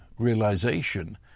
realization